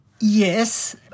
Yes